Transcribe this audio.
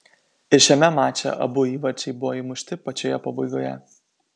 ir šiame mače abu įvarčiai buvo įmušti pačioje pabaigoje